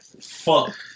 Fuck